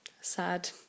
sad